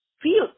feel